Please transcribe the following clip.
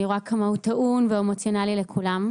אני רואה כמה הוא טעון ואמוציונלי לכולם.